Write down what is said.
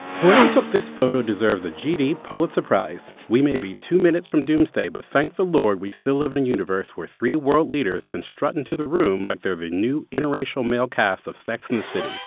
whoever took this photo deserves a gd pulitzer prize. we may be two minutes from doomsday, but thank the lord we still live in a universe where three world leaders can strut into the room like they're the new interracial male cast of sex and the city.